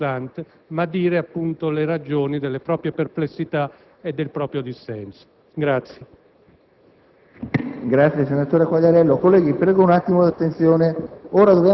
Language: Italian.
Per questo motivo, ritengo un dovere annunziare che non prenderò parte al voto. So perfettamente che questa posizione è fortemente